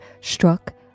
struck